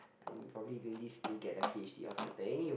and probably doing this to get a p_h_d or something you